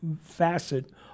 facet